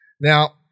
Now